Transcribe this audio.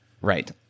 Right